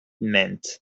meant